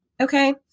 Okay